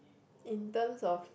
in terms of